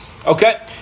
Okay